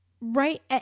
Right